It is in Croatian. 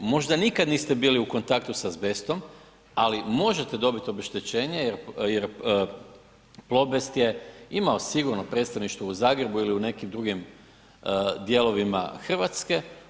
Možda nikad niste bili u kontaktu s azbestom, ali možete dobiti obeštećenje jer Plobest je imao sigurno predstavništvo u Zagrebu ili nekim drugim dijelovima Hrvatske.